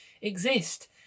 exist